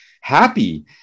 happy